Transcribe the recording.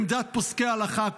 עמדת פוסקי ההלכה,